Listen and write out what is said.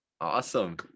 awesome